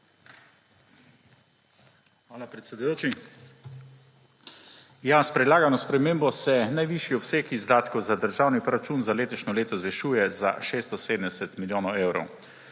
Hvala, predsedujoči. S predlagano spremembo se najvišji obseg izdatkov za državni proračun za letošnje leto zvišuje za 670 milijonov evrov.